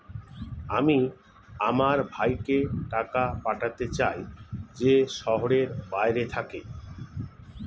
আমি আমার ভাইকে টাকা পাঠাতে চাই যে শহরের বাইরে থাকে